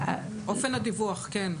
אופן הדיווח, כן.